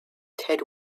ted